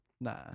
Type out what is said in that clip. Nah